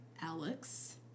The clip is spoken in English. Alex